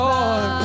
Lord